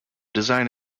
design